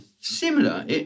similar